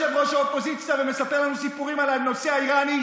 האופוזיציה ומספר לנו סיפורים על הנושא האיראני,